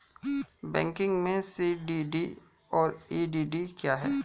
Banking में CDD और EDD क्या हैं?